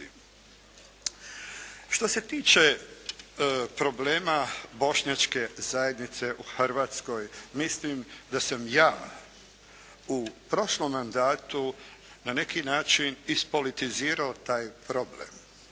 Što se tiče problema bošnjačke zajednice u Hrvatskoj mislim da sam ja u prošlom mandatu na neki način ispolitizirao taj problem